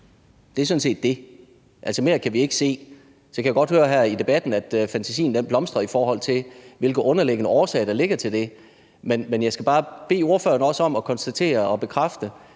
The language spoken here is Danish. Det er sådan set det. Altså, mere kan vi ikke se. Så kan jeg godt høre her i debatten, at fantasien blomstrer i forhold til, hvilke underliggende årsager der er til det. Men jeg skal bare bede ordføreren om at konstatere og bekræfte,